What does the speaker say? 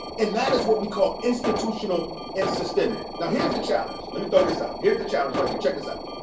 and that is what we call institutional and systemic. now, here's the challenge. let me throw this out. here's the challenge right here. check this out.